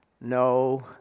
No